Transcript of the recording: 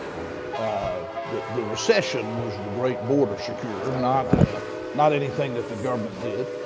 ah the the recession was the great border secure, not the not anything that the government did.